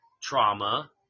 trauma